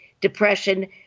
depression